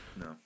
No